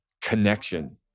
connection